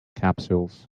capsules